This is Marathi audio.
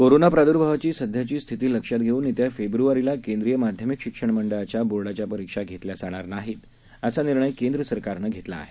कोरोनाच्याप्राद्र्भावाचीसध्याचीस्थितीलक्षातघेऊनयेत्याफेब्र्वारीलाकेंद्रीयमाध्यमिकशि क्षणमंडळाच्याबोर्डाच्यापरीक्षाघेतल्याजाणारनाहीत असानिर्णयकेंद्रसरकारनंघेतलाआहे